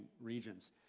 regions